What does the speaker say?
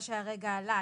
מה שהרגע עלה,